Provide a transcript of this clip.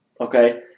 Okay